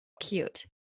Cute